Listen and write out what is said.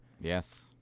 Yes